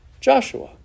Joshua